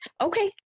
Okay